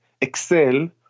excel